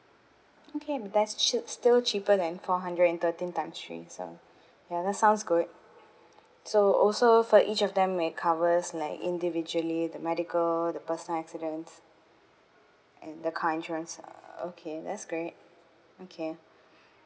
okay but that's still cheaper than four hundred and thirteen times three so ya that sounds good so also for each of them may covers like individually the medical the personal accidents and the car insurance uh okay that's great okay